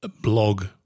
blog